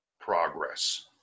progress